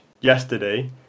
yesterday